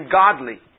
godly